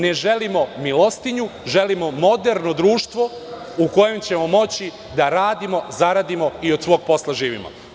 Ne želimo milostinju, želimo moderno društvo u kojem ćemo moći da radimo, zaradimo i od svog posla živimo.